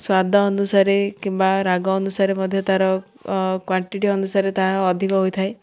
ସ୍ୱାଦ ଅନୁସାରେ କିମ୍ବା ରାଗ ଅନୁସାରେ ମଧ୍ୟ ତା'ର କ୍ଵାଣ୍ଟିଟି୍ ଅନୁସାରେ ତାହା ଅଧିକ ହୋଇଥାଏ